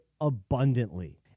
abundantly